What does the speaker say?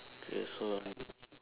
okay so I